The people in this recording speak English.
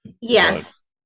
Yes